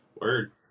Word